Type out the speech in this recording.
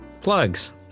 Plugs